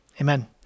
Amen